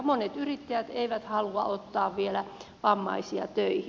monet yrittäjät eivät vielä halua ottaa vammaisia töihin